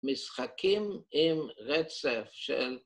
משחקים עם רצף של